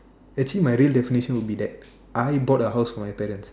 actually my real definition will be that I bought the house for my parents